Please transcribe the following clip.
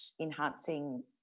enhancing